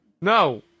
No